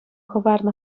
хӑварнӑ